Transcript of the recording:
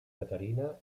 caterina